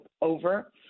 over